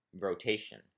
rotation